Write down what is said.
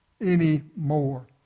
anymore